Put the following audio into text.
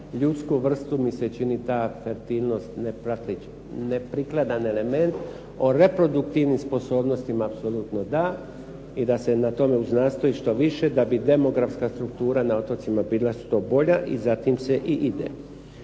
ljudsku vrstu mi se čini ta fertilnost neprikladan element, o reproduktivnim sposobnostima apsolutno da i da se na tome uznastoji što više da bi demografska strukture na otocima bila što bolja i zatim se i ide.